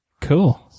Cool